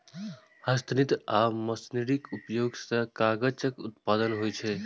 हस्तनिर्मित आ मशीनरीक उपयोग सं कागजक उत्पादन होइ छै